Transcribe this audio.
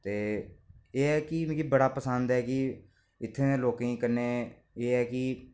ते एह् ऐ कि मिगी बड़ा पसंद ऐ कि इत्थै दे लोकें गी कन्नै एह् ऐ कि